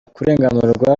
kurenganurwa